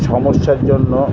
সমস্যার জন্য